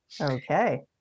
Okay